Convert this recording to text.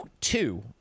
two